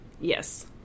Yes